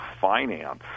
finance